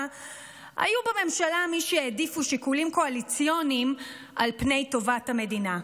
היו בממשלה מי שהעדיפו שיקולים קואליציוניים על פני טובת המדינה.